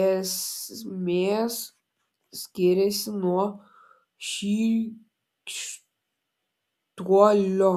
esmės skiriasi nuo šykštuolio